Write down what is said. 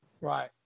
Right